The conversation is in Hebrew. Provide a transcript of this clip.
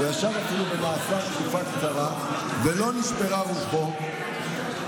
הוא ישב אפילו במאסר תקופה קצרה, ולא נשברה רוחו.